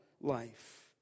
life